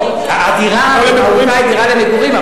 הדירה היא למגורים,